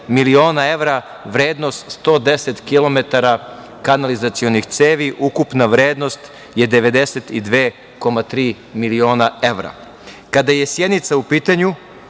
miliona evra vrednost 110 kilometara kanalizacionih cevi, ukupna vrednost je 92,3 miliona evra. Kada je Sjenica u pitanju